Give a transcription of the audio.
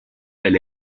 elle